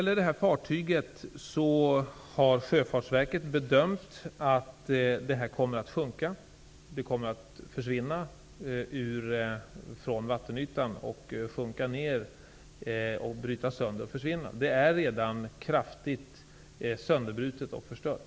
Sjöfartsverket har bedömt att det aktuella fartyget kommer att sjunka. Det kommer att försvinna från vattenytan, brytas sönder och försvinna. Det är redan kraftigt sönderbrutet och förstört.